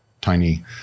tiny